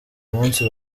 munsi